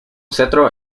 cetro